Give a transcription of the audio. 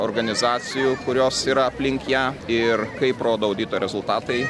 organizacijų kurios yra aplink ją ir kaip rodo audito rezultatai